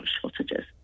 shortages